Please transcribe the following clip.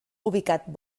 ubicat